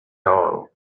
all